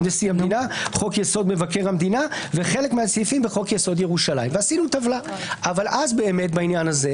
זה לא עניין רציני,